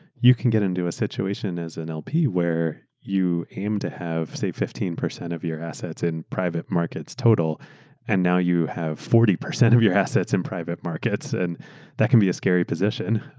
you can get into a situation as an lp where you aim to have fifteen percent of your assets in private markets total and now you have forty percent of your assets in private markets. and that can be a scary position.